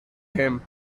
him